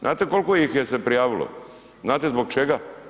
Znate koliko ih se je prijavilo, znate zbog čega?